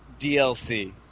DLC